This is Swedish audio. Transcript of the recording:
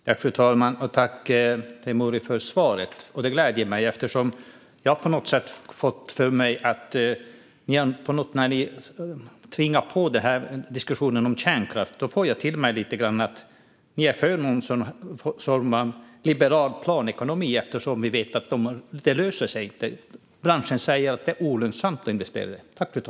Fru talman! Tack, Teimouri, för svaret! Det gläder mig, eftersom jag på något sätt har fått för mig att ni i diskussionen om kärnkraft är för någon form av liberal planekonomi. Vi vet ju att det inte löser sig. Branschen säger att det är olönsamt att investera i detta.